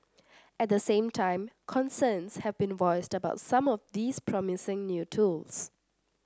at the same time concerns have been voiced about some of these promising new tools